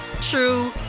true